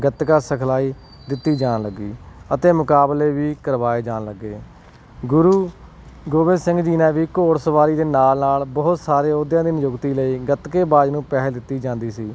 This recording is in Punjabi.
ਗਤਕਾ ਸਿਖਲਾਈ ਦਿੱਤੀ ਜਾਣ ਲੱਗੀ ਅਤੇ ਮੁਕਾਬਲੇ ਵੀ ਕਰਵਾਏ ਜਾਣ ਲੱਗੇ ਗੁਰੂ ਗੋਬਿੰਦ ਸਿੰਘ ਜੀ ਨੇ ਵੀ ਘੋੜਸਵਾਰੀ ਦੇ ਨਾਲ ਨਾਲ ਬਹੁਤ ਸਾਰੇ ਅਹੁਦਿਆਂ ਦੀ ਨਿਯੁਕਤੀ ਲਈ ਗੱਤਕੇਬਾਜ਼ ਨੂੰ ਪਹਿਲ ਦਿੱਤੀ ਜਾਂਦੀ ਸੀ